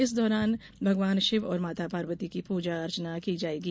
इस दौरान भगवान शिव और माता पार्वती की पूजा अर्चना की जाएगी